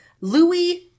Louis